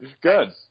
Good